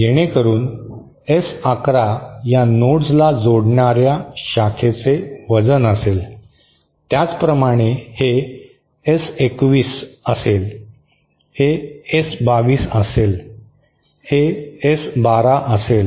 जेणेकरून एस 11 या 2 नोड्स ला जोडणाऱ्या शाखेचे वजन असेल त्याचप्रमाणे हे एस 21 असेल हे एस 22 असेल हे एस 12 असेल